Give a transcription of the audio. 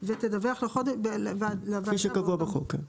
ותדווח -- תדווח את המועדים כפי שקבוע בחוק.